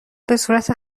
بهصورت